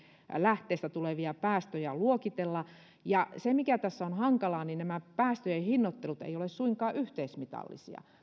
lähteestä tulevia päästöjä luokitella se mikä tässä on hankalaa niin nämä päästöjen hinnoittelut eivät ole suinkaan yhteismitallisia